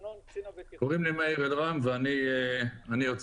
אני לא